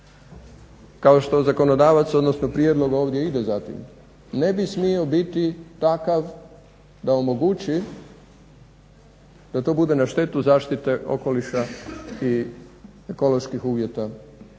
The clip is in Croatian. kao što zakonodavac odnosno prijedlog ovdje ide za tim ne bi smio biti takav da omogući da to bude na štetu zaštite okoliša i ekoloških uvjeta